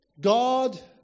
God